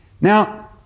Now